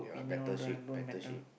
yeah better shape better shape